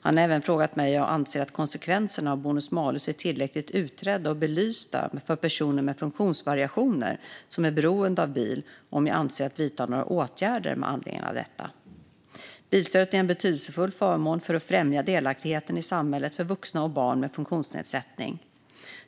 Han har även frågat om jag anser att konsekvenserna av bonus malus är tillräckligt utredda och belysta för personer med funktionsvariationer som är beroende av bil och om jag avser att vidta några åtgärder med anledning av detta. Bilstödet är en betydelsefull förmån för att främja delaktigheten i samhället för vuxna och barn med funktionsnedsättning.